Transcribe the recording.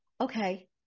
okay